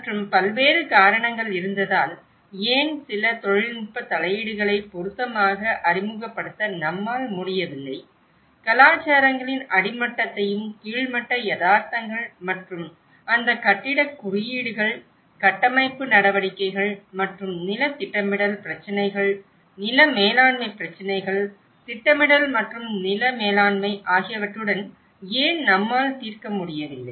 மற்றும் பல்வேறு காரணங்கள் இருந்ததால் ஏன் சில தொழில்நுட்ப தலையீடுகளை பொருத்தமாக அறிமுகப்படுத்த நம்மால் முடியவில்லை கலாச்சாரங்களின் அடிமட்டத்தையும் கீழ் மட்ட யதார்த்தங்கள் மற்றும் அந்த கட்டிடக் குறியீடுகள் கட்டமைப்பு நடவடிக்கைகள் மற்றும் நில திட்டமிடல் பிரச்சினைகள் நில மேலாண்மை பிரச்சினைகள் திட்டமிடல் மற்றும் நில மேலாண்மை ஆகியவற்றுடன் ஏன் நம்மால் தீர்க்க முடியவில்லை